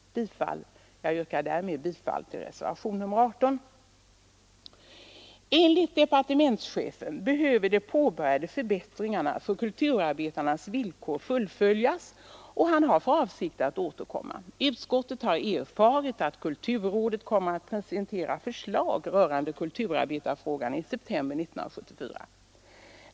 Därmed yrkar jag bifall till reservationen 18a. Enligt departementschefen behöver de påbörjade förbättringarna av kulturarbetarnas villkor fullföljas, och han har för avsikt att återkomma. Utskottet har erfarit att kulturrådet kommer att presentera förslag rörande kulturarbetarfrågorna i september 1974.